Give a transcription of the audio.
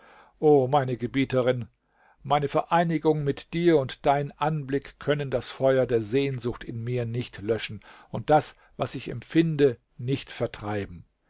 o meine gebieterin meine vereinigung mit dir und dein anblick können das feuer der sehnsucht in mir nicht löschen und das was ich empfinde nicht vertreiben